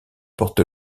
porte